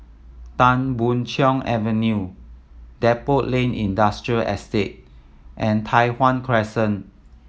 Tan Boon Chong Avenue Depot Lane Industrial Estate and Tai Hwan Crescent